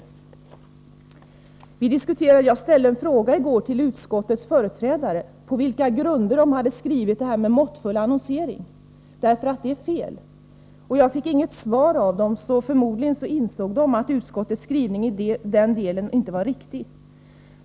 När vi i går diskuterade annonseringen av tobaksvaror ställde jag en fråga till utskottets företrädare om vilken grund utskottet hade för sin skrivning om måttfull annonsering, eftersom det som där sägs är fel. Jag fick inget svar. Förmodligen insåg de att utskottets skrivning i den delen inte var riktig.